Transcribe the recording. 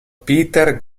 peter